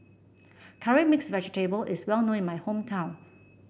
Curry Mixed Vegetable is well known in my hometown